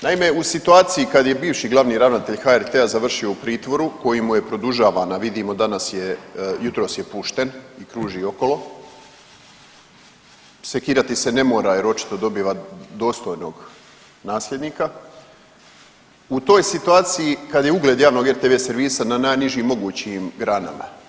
Naime, u situaciji kad je bivši glavni ravnatelj HRT-a završio u pritvoru koji mu je produžavan, a vidimo danas je, jutros je pušten, kruži okolo, sekirati se ne mora jer očito dobiva dostojnog nasljednika, u toj situaciji kad je ugled javnog RTV servisa na najnižim mogućim granama.